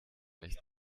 nicht